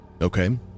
Okay